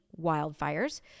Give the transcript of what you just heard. wildfires